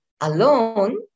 alone